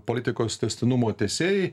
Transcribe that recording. politikos tęstinumo tęsėjai